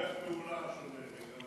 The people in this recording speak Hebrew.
זו דרך פעולה שונה לגמרי.